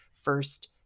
first